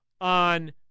on